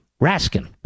Raskin